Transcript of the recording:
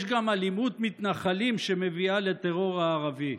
יש גם אלימות מתנחלים שמביאה לטרור הערבי.